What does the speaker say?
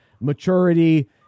maturity